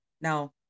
Now